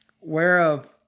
whereof